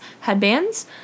headbands